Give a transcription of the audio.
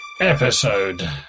episode